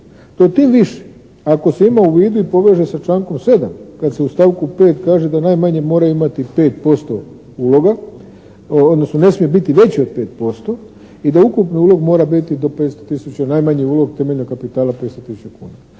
To tim više ako se ima u vidu i poveže se sa člankom 7. kad se u stavku 5. kaže da najmanje moraju imati 5% uloga odnosno ne smije biti veći od 5% i da ukupni ulog mora biti do 500 tisuća, najmanji ulog temeljnog kapitala 500 tisuća kuna.